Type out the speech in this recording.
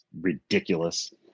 ridiculous